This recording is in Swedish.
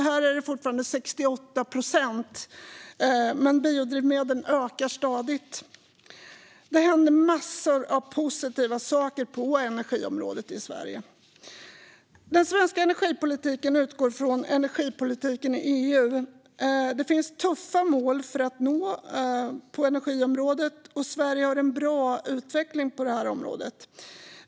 Där är det fortfarande 68 procent, men biodrivmedel ökar stadigt. Det händer massor av positiva saker på energiområdet i Sverige. Den svenska energipolitiken utgår från energipolitiken i EU. Det finns tuffa mål att nå på energiområdet, och Sverige har en bra utveckling på området.